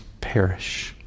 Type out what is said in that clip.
perish